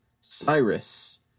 Cyrus